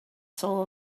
soul